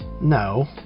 No